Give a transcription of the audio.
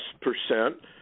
percent